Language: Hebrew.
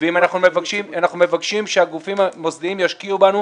ואם אנחנו מבקשים שהגופים המוסדיים ישקיעו בנו,